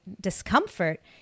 discomfort